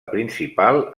principal